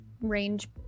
range